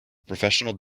professional